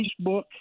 Facebook